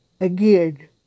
Again